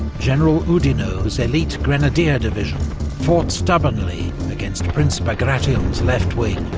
general oudinot's elite grenadier division fought stubbornly against prince bagration's left wing,